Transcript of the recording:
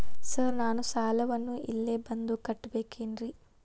Sir ನಾನು ಸಾಲವನ್ನು ಇಲ್ಲೇ ಬಂದು ಕಟ್ಟಬೇಕೇನ್ರಿ?